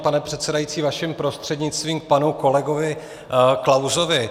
Vážený pane předsedající, vaším prostřednictvím k panu kolegovi Klausovi.